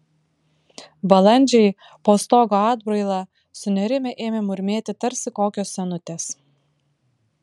balandžiai po stogo atbraila sunerimę ėmė murmėti tarsi kokios senutės